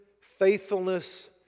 faithfulness